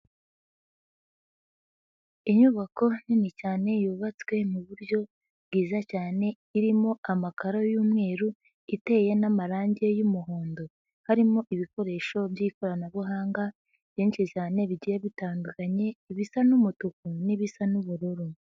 Inyubako nini cyane yubatswe mu buryo bwiza cyane irimo amakaro y'umweru iteye n'amarange y'umuhondo, harimo ibikoresho by'ikoranabuhanga byinshi cyane bigiye bitandukanye ibisa n'umutuku n'ibisa n'ubururu.